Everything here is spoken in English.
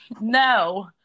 no